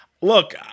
look